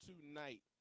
tonight